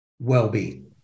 well-being